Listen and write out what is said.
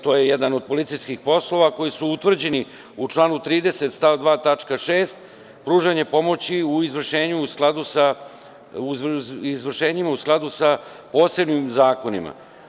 To je jedan od policijskih poslova koji su utvrđeni u članu 30. stav 2. tačka 6) – pružanje pomoći u izvršenju u skladu sa posebnim zakonima.